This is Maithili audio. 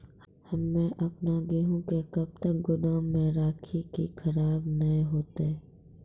हम्मे आपन गेहूँ के कब तक गोदाम मे राखी कि खराब न हते?